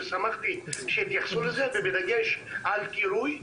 שמחתי שהתייחסו לזה בדגש על קירוי.